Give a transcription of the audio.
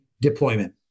deployment